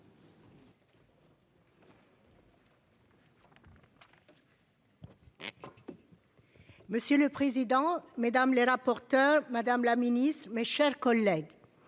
Monsieur le président, mesdames les rapporteurs, madame la Ministre, mes chers collègues.